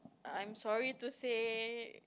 I'm sorry to say